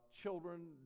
children